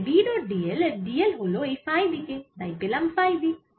তাই B dot dl এর dl হল এই ফাই দিকে তাই পেলাম ফাই দিক